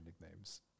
nicknames